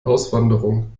auswanderung